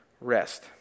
rest